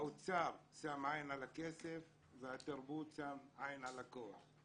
האוצר שם עין על הכסף והתרבות שם עין על הכוח,